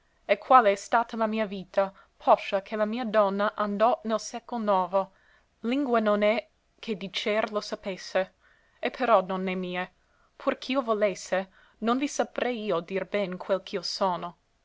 e quale è stata la mia vita poscia che la mia donna andò nel secol novo lingua non è che dicer lo sapesse e però donne mie pur ch'io volesse non vi saprei io dir ben quel ch'io sono